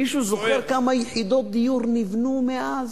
מישהו זוכר כמה יחידות דיור נבנו מאז?